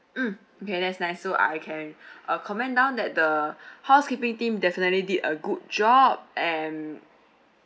mm okay that's nice so I can uh comment down that the housekeeping team definitely did a good job and